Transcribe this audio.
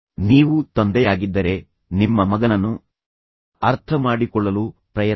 ನೀವು ತಂದೆಯಾಗಿದ್ದರೆ ನಿಮ್ಮ ಮಗನನ್ನು ಅರ್ಥಮಾಡಿಕೊಳ್ಳಲು ಪ್ರಯತ್ನಿಸಿ